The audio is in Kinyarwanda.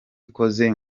ikoze